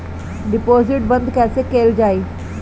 Deposit बंद कैसे कैल जाइ?